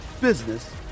business